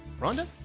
Rhonda